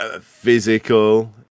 physical